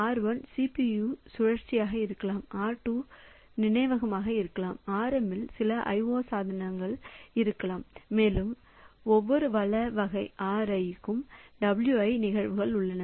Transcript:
R1 CPU சுழற்சியாக இருக்கலாம் R2 நினைவகமாக இருக்கலாம் Rm சில I O சாதனம் போன்றதாக இருக்கலாம் மேலும் ஒவ்வொரு வள வகை Ri க்கும் Wi நிகழ்வுகள் உள்ளன